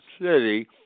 city